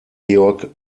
georg